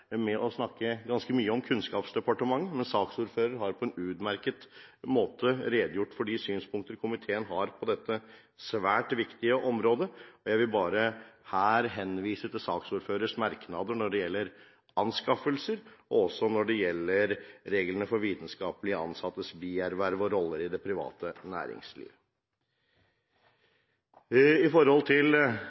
med å snakke ganske mye om Kunnskapsdepartementet, men saksordføreren har på en utmerket måte redegjort for de synspunkter komiteen har på dette svært viktige området, og jeg vil her bare henvise til saksordførerens merknader når det gjelder anskaffelser, og også når det gjelder reglene for vitenskapelige ansattes bierverv og roller i det private næringsliv. Også med hensyn til